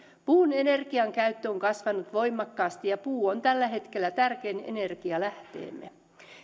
puun energiakäyttö on kasvanut voimakkaasti ja puu on tällä hetkellä tärkein energialähteemme